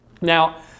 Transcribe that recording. Now